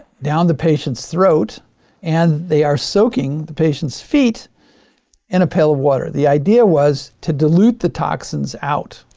down the patient's throat and they are soaking the patient's feet in a pail of water. the idea was to dilute the toxins out.